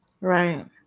Right